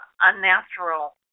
unnatural